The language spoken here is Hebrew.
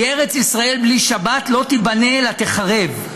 כי "ארץ ישראל בלי שבת לא תיבנה אלא תיחרב,